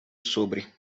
sobre